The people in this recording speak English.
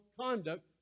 conduct